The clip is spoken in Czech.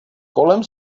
kolem